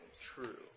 True